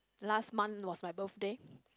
last month was my birthday